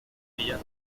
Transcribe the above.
millón